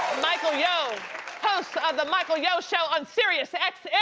michael yo, host of the michael yo show on siriusxm.